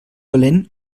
dolent